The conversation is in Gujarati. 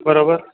બરોબર